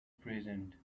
present